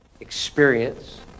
experience